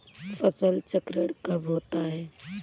फसल चक्रण कब होता है?